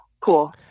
cool